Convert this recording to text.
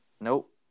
Nope